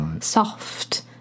soft